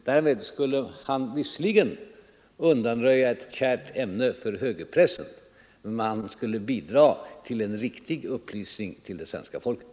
Därmed skulle han visserligen undanröja ett kärt ämne för högerpressen, men han skulle bidra till en riktig upplysning till det svenska folket.